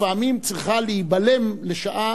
לפעמים צריכה להיבלם לשעה